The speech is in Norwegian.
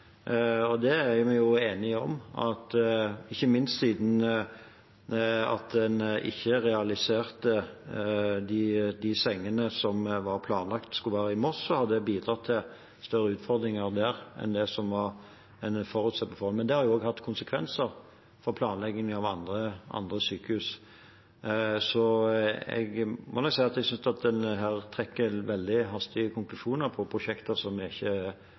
og der er vi jo enige om at ikke minst siden en ikke realiserte de sengene som var planlagt i Moss, har det bidratt til større utfordringer der enn det som var forutsatt. Men det har hatt konsekvenser for planleggingen av andre sykehus. Jeg må nok si at jeg synes en her trekker veldig hastige konklusjoner på prosjekter vi ikke har tatt i bruk ennå. Noen av dem er